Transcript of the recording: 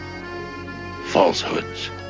falsehoods